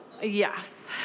Yes